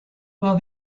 while